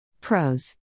Pros